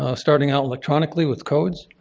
ah starting out electronically with codes,